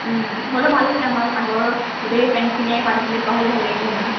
হ'লেও ভাল আছিলে আমাৰ আগৰ গোটেই ফ্ৰেনচখিনিয়ে পাৰ্টিচিপেট কৰা হ'লে ভাল লাগিলে হেঁতেন